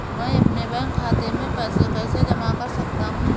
मैं अपने बैंक खाते में पैसे कैसे जमा कर सकता हूँ?